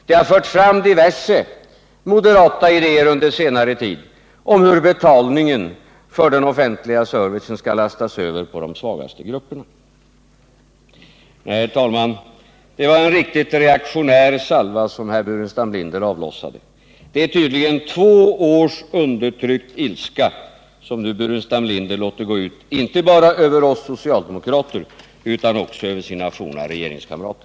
Det har förts fram diverse moderata idéer under senare tid om hur betalningen för den offentliga servicen skall lastas över på de svagaste grupperna. Nej, herr talman, det var en riktigt reaktionär salva som herr Burenstam Linder avlossade. Det är tydligen två års undertryckt ilska som Burenstam Linder nu låter gå ut inte bara över oss socialdemokrater utan också över sina forna regeringskamrater.